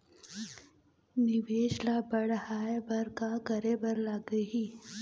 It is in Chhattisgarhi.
निवेश ला बड़हाए बर का करे बर लगही?